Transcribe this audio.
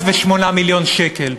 רק מהקולקטיביים 808 מיליון שקל.